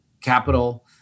capital